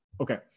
Okay